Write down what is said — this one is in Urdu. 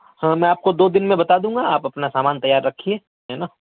تو میں آپ کو دو دن میں بتا دوں گا آپ اپنا سامان تیار رکھیے ہے نا